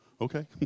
Okay